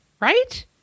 Right